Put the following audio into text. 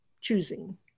choosing